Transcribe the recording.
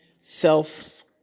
self